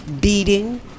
beating